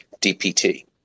DPT